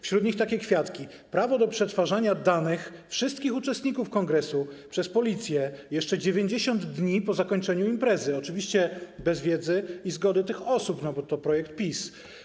Wśród nich są takie kwiatki jak prawo do przetwarzania danych wszystkich uczestników kongresu przez policję jeszcze 90 dni po zakończeniu imprezy - oczywiście bez wiedzy i zgody tych osób, bo to projekt PiS.